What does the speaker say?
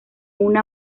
una